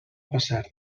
passar